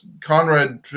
Conrad